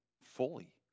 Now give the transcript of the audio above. fully